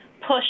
push